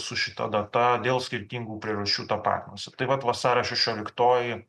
su šita data dėl skirtingų priežasčių tapatinosi tai vat vasario šešioliktoji